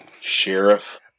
sheriff